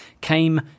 came